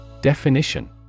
Definition